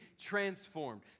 transformed